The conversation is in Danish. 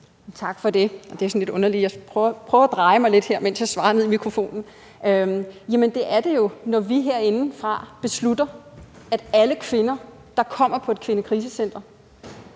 Tak for det. Det er sådan lidt underligt; jeg prøver at dreje mig lidt her, mens jeg svarer ned i mikrofonen. Jamen det er det jo, når vi herindefra beslutter, at alle kvinder, der kommer på et kvindekrisecenter,